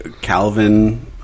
Calvin